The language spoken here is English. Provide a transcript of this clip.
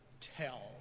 tell